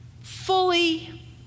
fully